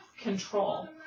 control